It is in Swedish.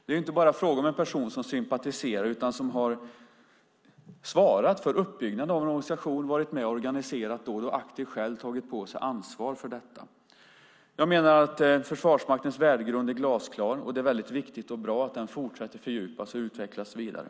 Det är inte bara fråga om en person som sympatiserar med en organisation, utan en person som har svarat för uppbyggnaden av en organisation, varit med och organiserat dåd och aktivt själv tagit på sig ansvar för detta. Jag menar att Försvarsmaktens värdegrund är glasklar, och det är väldigt viktigt och bra att den fortsätter att fördjupas och utvecklas vidare.